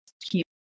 keep